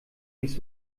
nicht